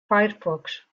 firefox